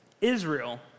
Israel